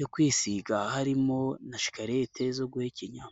yo kwisiga harimo na shikarete zo guhekenya.